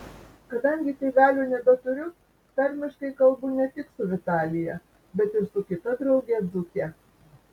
kadangi tėvelių nebeturiu tarmiškai kalbu ne tik su vitalija bet ir su kita drauge dzūke